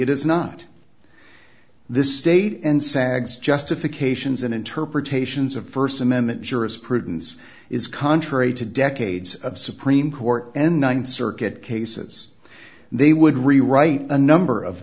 it is not this state and sags justifications and interpretations of st amendment jurisprudence is contrary to decades of supreme court and th circuit cases they would rewrite a number of